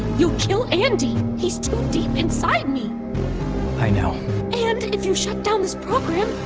you'll kill andi. he's too deep inside me i know and if you shut down this program,